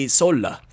sola